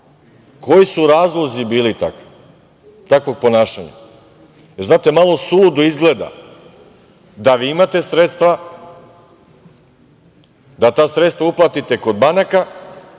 Koji su razlozi bili za takvo ponašanje? Znate, malo suludo izgleda da vi imate sredstva, da ta sredstva uplatite kod banaka,